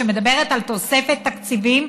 שמדברת על תוספת תקציבים,